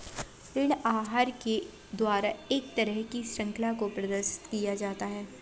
ऋण आहार के द्वारा एक तरह की शृंखला को प्रदर्शित किया जाता है